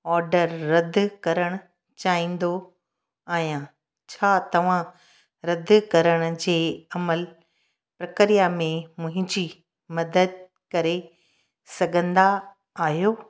order रदि करणु चाहींदो आहियां छा तव्हां रदि करण जे अमल प्रक्रिया में मुंहिंजी मदद करे सघंदा आहियो